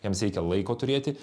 jiems reikia laiko turėti